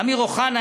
אמיר אוחנה,